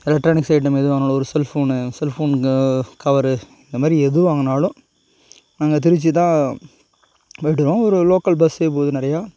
electronics item எது வாங்குனாலும் ஒரு செல்ஃபோன்னு செல்ஃபோன்ங்க கவரு இந்த மாதிரி எது வாங்குனாலும் நாங்கள் திருச்சி தான் போயிவிட்டு வருவோம் ஒரு லோக்கல் பஸ்ஸே போகுது நிறையா